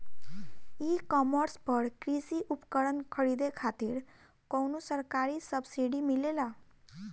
ई कॉमर्स पर कृषी उपकरण खरीदे खातिर कउनो सरकारी सब्सीडी मिलेला?